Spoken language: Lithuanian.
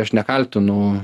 aš nekaltinu